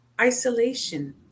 isolation